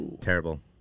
terrible